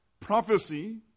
Prophecy